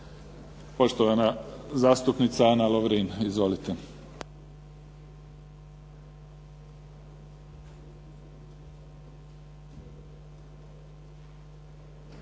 Poštovana zastupnica Ana Lovrin. Izvolite.